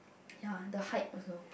ya the height also